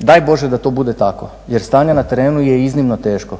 Daj Bože da to bude tako jer stanje na terenu je iznimno teško.